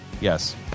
yes